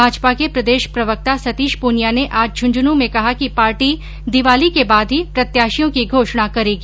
भाजपा के प्रदेश प्रवक्ता सतीश पूनिया ने आज झन्झनू में कहा कि पार्टी दीवाली के बाद ही प्रत्याशियों की घोषणा करेगी